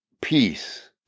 peace